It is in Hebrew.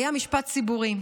היה משפט ציבורי,